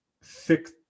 six